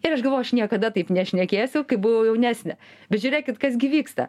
ir aš galvojau aš niekada taip nešnekėsiu kai buvau jaunesnė bet žiūrėkit kas gi vyksta